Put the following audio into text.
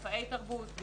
מופעי תרבות.